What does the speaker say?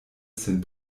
sin